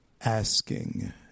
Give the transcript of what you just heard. asking